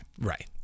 Right